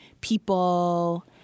people